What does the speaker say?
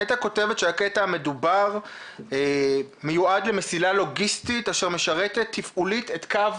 נת"ע כותבת שהקטע המדובר מיועד למסילה לוגיסטית אשר משרתת תפעולית את קו